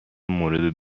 مورد